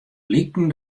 bliken